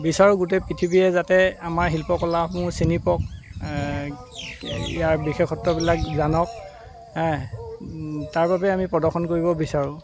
বিচাৰোঁ গোটেই পৃথিৱীয়ে যাতে আমাৰ শিল্পকলাসমূহ চিনি পাওক ইয়াৰ বিশেষত্ববিলাক জানক তাৰবাবে আমি প্ৰদৰ্শন কৰিব বিচাৰোঁ